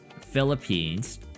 Philippines